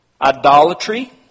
idolatry